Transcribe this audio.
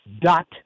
Dot